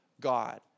God